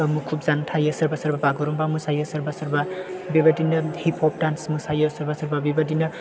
मुखुब जानो थायो सोरबा सोरबा बागुरुमबा मोसायो सोरबा सोरबा बेबायदिनो हिप ह'प डेन्स मोसायो सोरबा सोरबा बेबादिनो